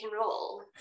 roll